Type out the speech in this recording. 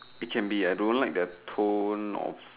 it can be ah I don't like their tone of